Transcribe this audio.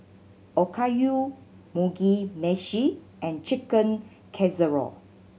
Okayu Mugi Meshi and Chicken Casserole